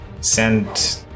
send